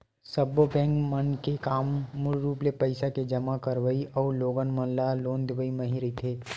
सब्बो बेंक मन के काम मूल रुप ले पइसा के जमा करवई अउ लोगन मन ल लोन देवई ह ही रहिथे